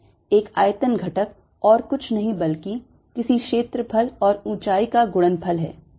एक आयतन घटक और कुछ नहीं बल्कि किसी क्षेत्रफल और ऊंचाई का गुणनफल है